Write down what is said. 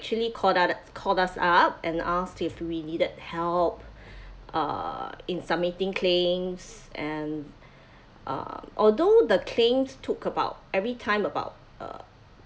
actually called u~ called us up and asked if we needed help uh in submitting claims and uh although the claims took about every time about uh